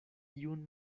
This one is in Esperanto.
iun